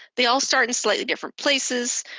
they all start in slightly different places.